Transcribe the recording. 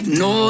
no